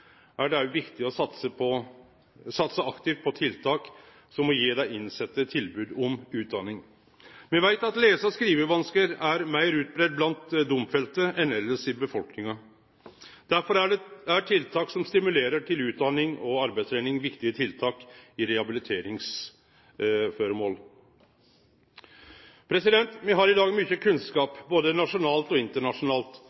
er det også viktig å satse aktivt på tiltak som å gje dei innsette tilbod om utdaning. Me veit at lese- og skrivevanskar er meir utbreidde blant domfelte enn elles i befolkninga. Derfor er tiltak som stimulerer til utdaning og arbeidstrening viktige tiltak i rehabiliteringsføremål. Me har i dag mykje